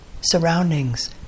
surroundings